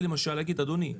למשל להגיד: אדוני,